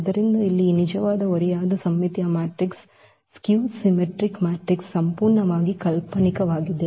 ಆದ್ದರಿಂದ ಇಲ್ಲಿ ಈ ನಿಜವಾದ ಓರೆಯಾದ ಸಮ್ಮಿತೀಯ ಮ್ಯಾಟ್ರಿಕ್ಸ್ ಸಂಪೂರ್ಣವಾಗಿ ಕಾಲ್ಪನಿಕವಾಗಿದೆ